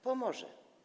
Pomoże.